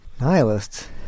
Nihilists